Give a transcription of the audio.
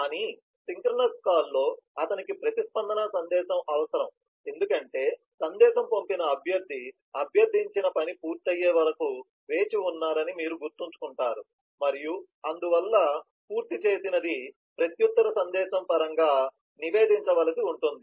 కానీ సింక్రోనస్ కాల్లో అతనికి ప్రతిస్పందన సందేశం అవసరం ఎందుకంటే సందేశం పంపిన అభ్యర్థి అభ్యర్థించిన పని పూర్తయ్యే వరకు వేచి ఉన్నారని మీరు గుర్తుంచుకుంటారు మరియు అందువల్ల పూర్తి చేసినది ప్రత్యుత్తర సందేశం పరంగా నివేదించవలసి ఉంటుంది